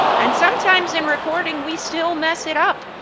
and sometimes in recording, we still mess it up!